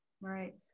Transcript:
right